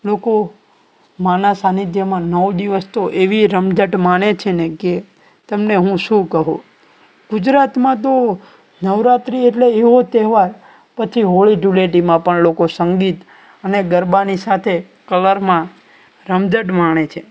લોકો માના સાનિધ્યમાં નવ દિવસ તો એવી રમઝટ માણે છે ને કે તમને હું શું કહું ગુજરાતમાં તો નવરાત્રિ એટલે એવો તહેવાર પછી હોળી ધૂળેટીમાં પણ લોકો સંગીત અને ગરબાની સાથે કલરમાં રમઝટ માણે છે